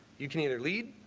you can either lead,